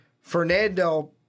Fernando